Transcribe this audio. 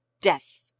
death